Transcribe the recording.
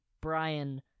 Brian